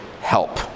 help